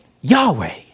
Yahweh